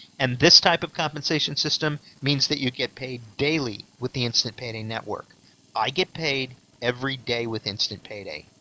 and this type of compensation system means that you get paid daily with the instant payday network i get paid every day with instant payday!